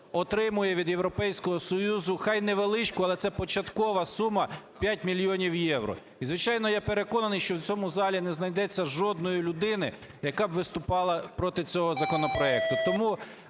отримує від Європейського Союзу хай невеличку, але це початкова сума – 5 мільйонів євро. І звичайно, я переконаний, що в цьому залі не знайдеться жодної людини, яка виступала б проти цього законопроекту.